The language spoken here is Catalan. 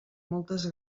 moltes